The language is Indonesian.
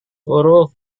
huruf